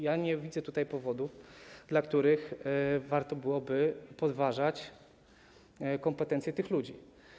Ja nie widzę powodów, dla których warto byłoby podważać kompetencje tych ludzi.